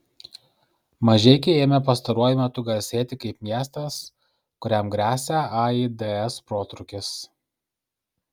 mažeikiai ėmė pastaruoju metu garsėti kaip miestas kuriam gresia aids protrūkis